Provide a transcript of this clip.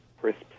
crisp